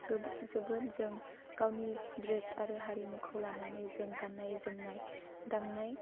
जोबोद जों गावनि द्रेस आरो हारिमुखौ लानानै जों गाननाय जोमनाय दामनाय